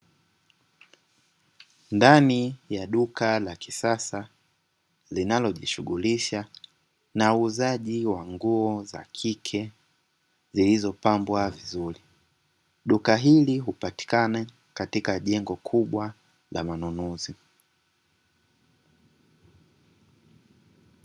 Ndani ya duka la kisasa linalojishughulisha na uuzaji wa nguo za kike zilizopambwa vizuri. Duka hili hupatikana katika jengo kubwa la manunuzi.